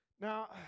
Now